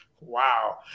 Wow